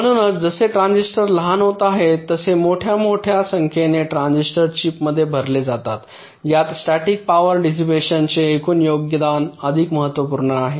म्हणूनच जसे ट्रान्झिस्टर लहान होत आहेततसे मोठ्या आणि मोठ्या संख्येने ट्रान्झिस्टर चिपमध्ये भरले जातातयात स्टॅटिक पॉवर डिसिपॅशन चे एकूण योगदान अधिक महत्त्वपूर्ण होत आहे